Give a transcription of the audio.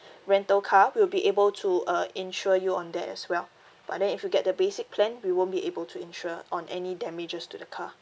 rental car we'll be able to uh insure you on that as well but then if you get the basic plan we won't be able to insure on any damages to the car